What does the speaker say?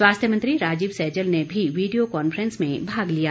स्वास्थ्य मंत्री राजीव सैजल ने भी वीडियो कॉन्फ्रेंस में भाग लिया